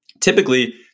Typically